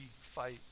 fight